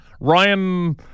Ryan